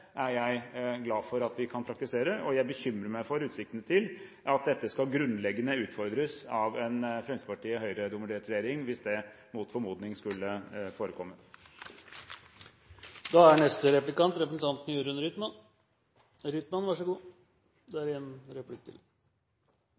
er jeg glad for at vi kan praktisere, og jeg bekymrer meg for utsiktene til at dette skal grunnleggende utfordres av en Fremskrittsparti- og Høyre-dominert regjering hvis det mot formodning skulle forekomme. Da benytter jeg anledningen til å ta en replikk. Det jeg lurer på, er